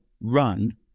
run